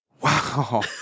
Wow